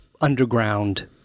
underground